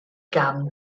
gan